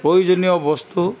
প্ৰয়োজনীয় বস্তু